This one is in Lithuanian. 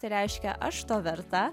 tai reiškia aš to verta